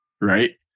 right